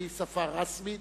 שהיא שפה רשמית.